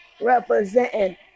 Representing